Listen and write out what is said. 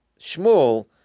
Shmuel